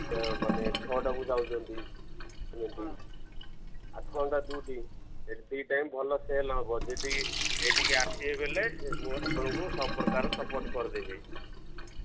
ମାନେ ଛଅଟାକୁ ଯାଉଛନ୍ତି ଏମିତି ଆଠ ଘଣ୍ଟା ଡ୍ୟୁଟି ଏତିକି ଟାଇମ୍ ଭଲ ସେଲ ହବ ଯଦି ଏଇଠିକି ଆସିବେ ବୋଲେ ମୁଁ ଆପଣଙ୍କୁ ସବୁ ପ୍ରକାର ସପୋର୍ଟ୍ କରିଦେବି